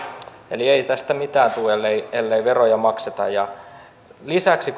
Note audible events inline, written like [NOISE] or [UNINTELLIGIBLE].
ei tästä mitään tule ellei ellei veroja makseta lisäksi [UNINTELLIGIBLE]